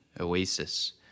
oasis